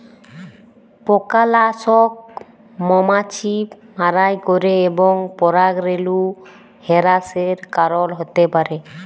পকালাসক মমাছি মারাই ক্যরে এবং পরাগরেলু হেরাসের কারল হ্যতে পারে